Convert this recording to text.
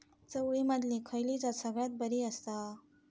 चवळीमधली खयली जात सगळ्यात बरी आसा?